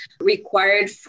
required